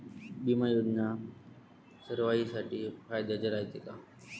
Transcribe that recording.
बिमा योजना सर्वाईसाठी फायद्याचं रायते का?